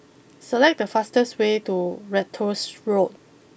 select the fastest way to Ratus Road